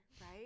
right